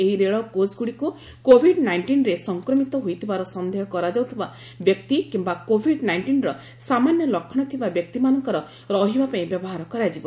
ଏହି ରେଳ କୋଚ୍ଗୁଡ଼ିକୁ କୋଭିଡ୍ ନାଇଷ୍ଟିନ୍ରେ ସଂକ୍ମିତ ହୋଇଥିବାର ସନ୍ଦେହ କରାଯାଉଥିବା ବ୍ୟକ୍ତି କିମ୍ବା କୋଭିଡ୍ ନାଇଣ୍ଟିନ୍ର ସାମାନ୍ୟ ଲକ୍ଷଣ ଥିବା ବ୍ୟକ୍ତିମାନଙ୍କର ରହିବା ପାଇଁ ବ୍ୟବହାର କରାଯିବ